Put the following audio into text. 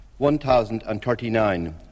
1,039